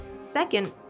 Second